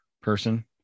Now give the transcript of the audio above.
person